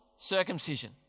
circumcision